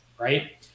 right